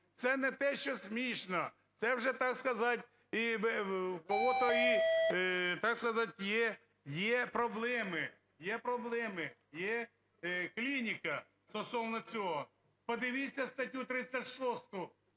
Це не те, що смішно, це вже, так сказать, у когось, так сказать, є проблеми, є проблеми, є клініка стосовно цього. Подивіться статтю 36.